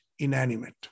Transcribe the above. Inanimate